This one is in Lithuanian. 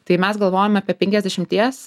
tai mes galvojom apie penkiasdešimties